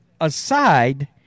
aside